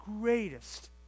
greatest